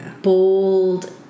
bold